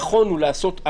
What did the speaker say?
היום זה נראה מצוין.